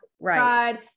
right